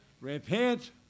Repent